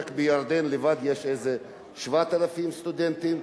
רק בירדן לבד יש איזה 7,000 סטודנטים,